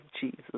Jesus